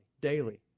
daily